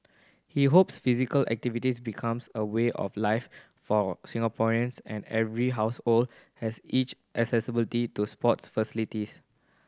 he hopes physical activities becomes a way of life for Singaporeans and every household has each accessibility to sports facilities